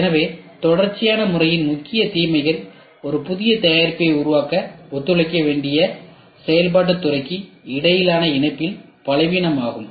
எனவே தொடர்ச்சியான முறையின் முக்கிய தீமைகள் ஒரு புதிய தயாரிப்பை உருவாக்க ஒத்துழைக்க வேண்டிய செயல்பாட்டுத் துறைக்கு இடையிலான இணைப்பின் பலவீனம் ஆகும்